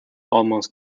almost